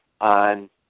on